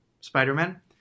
Spider-Man